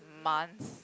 month